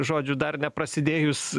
žodžiu dar neprasidėjus